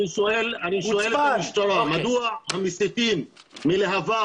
--- אני שואל את המשטרה: מדוע המסיתים מלהב"ה